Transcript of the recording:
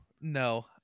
no